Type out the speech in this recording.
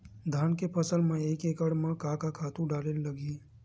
धान के फसल म एक एकड़ म का का खातु डारेल लगही?